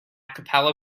capella